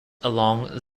along